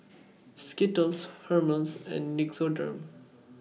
Skittles Hermes and Nixoderm